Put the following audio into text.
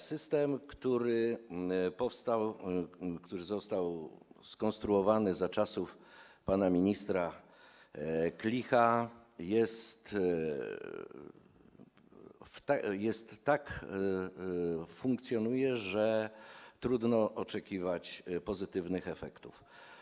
System, który powstał, który został skonstruowany za czasów pana ministra Klicha, funkcjonuje tak, że trudno oczekiwać pozytywnych efektów.